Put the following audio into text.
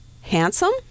handsome